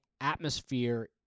atmosphere